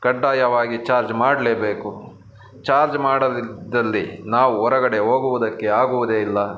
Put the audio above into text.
ಕಡ್ಡಾಯವಾಗಿ ಚಾರ್ಜ್ ಮಾಡಲೇಬೇಕು ಚಾರ್ಜ್ ಮಾಡದಿದ್ದಲ್ಲಿ ನಾವು ಹೊರಗಡೆ ಹೋಗುವುದಕ್ಕೆ ಆಗುವುದೇ ಇಲ್ಲ